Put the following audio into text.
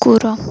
କୁକୁର